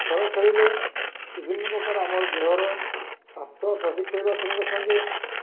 ଖେଳ ଖେଳିଲେ ବିଭିନ୍ନ ପ୍ରକାର ଆମର ଦେହର ସ୍ୱାସ୍ଥ୍ୟ ସଠିକ୍ କରିବା ସଙ୍ଗେ ସଙ୍ଗେ